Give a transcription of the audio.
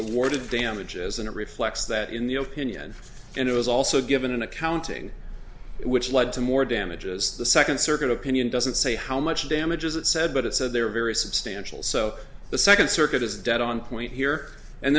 awarded damages and it reflects that in the open and it was also given an accounting which led to more damages the second circuit opinion doesn't say how much damages it said but it said they were very substantial so the second circuit is dead on point here and